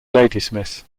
ladysmith